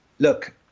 look